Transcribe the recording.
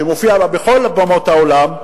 שמופיע בכל במות העולם,